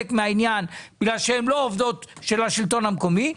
מהעניין בגלל שהן לא עובדות של השלטון המקומי.